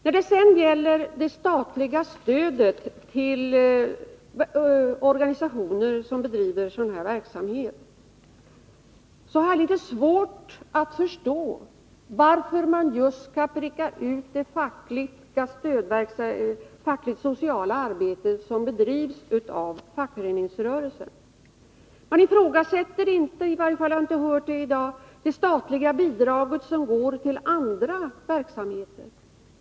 När det sedan gäller det statliga stödet till organisationer som är verksamma på rehabiliteringsområdet har jag litet svårt att förstå varför man just skall peka ut det sociala arbete som bedrivs av fackföreningsrörelsen. Man ifrågasätter inte — i varje fall har jag inte hört det i dag — det statliga bidrag som går till andra verksamheter.